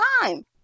time